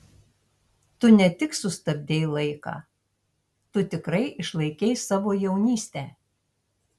tu ne tik sustabdei laiką tu tikrai išlaikei savo jaunystę